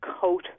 coat